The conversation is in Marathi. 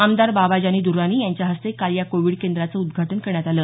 आमदार बाबाजानी दर्रानी यांच्या हस्ते काल या कोविड केंद्राचं उद्घाटन करण्यात आलं